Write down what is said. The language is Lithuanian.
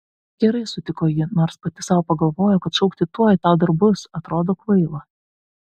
gerai sutiko ji nors pati sau pagalvojo kad šaukti tuoj tau dar bus atrodo kvaila